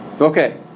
Okay